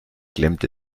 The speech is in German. klemmt